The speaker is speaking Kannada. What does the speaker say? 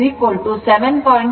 07 ಆಗುತ್ತದೆ